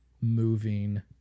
moving